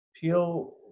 Peel